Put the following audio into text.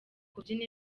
kubyina